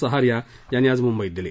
सहारिया यांनी आज मुंबईत दिली